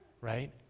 right